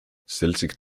celtic